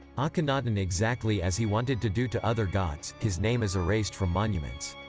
akhenaten exactly as he wanted to do to other gods, his name is erased from monuments.